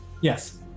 yes